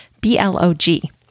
B-L-O-G